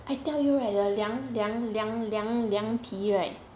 I tell you right the 凉凉凉凉凉凉皮 right